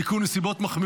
(תיקון מס' 19)